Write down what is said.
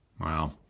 Wow